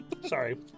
Sorry